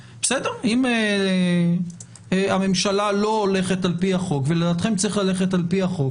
אם הממשלה לא הולכת על פי החוק ולדעתכם צריך ללכת על פי החוק,